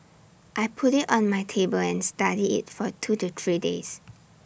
I put IT on my table and studied IT for two to three days